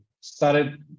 started